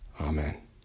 Amen